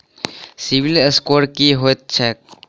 CIBIL score की होइत छैक?